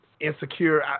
insecure